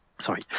Sorry